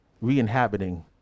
Re-inhabiting